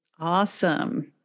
Awesome